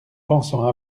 pensant